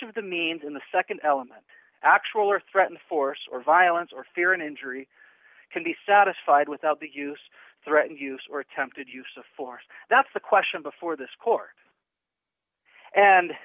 of the means in the nd element actual or threatened force or violence or fear and injury can be satisfied without the use threatened use or attempted use of force that's the question before this court and